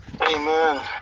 amen